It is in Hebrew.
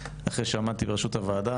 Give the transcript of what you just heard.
אחרי שעמדתי בראשות הוועדה